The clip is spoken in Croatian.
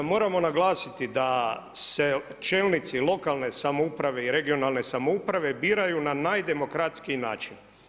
Moramo naglasiti da se čelnici lokalne samouprave i regionalne samouprave biraju na najdemokratskiji način.